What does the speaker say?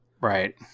Right